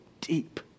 deep